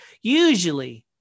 usually